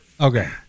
okay